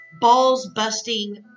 balls-busting